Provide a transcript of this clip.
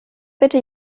bitte